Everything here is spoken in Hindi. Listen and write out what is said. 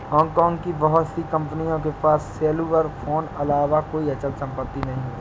हांगकांग की बहुत सी कंपनियों के पास सेल्युलर फोन अलावा कोई अचल संपत्ति नहीं है